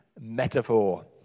metaphor